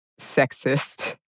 sexist